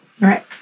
right